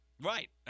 Right